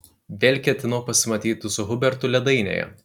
vėl ketinau pasimatyti su hubertu ledainėje